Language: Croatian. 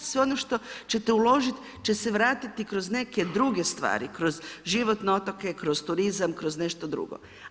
Sve ono što ćete uložiti će se vratiti kroz neke druge stvari, kroz život na otoke, kroz turizam, kroz nešto drugo.